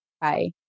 Bye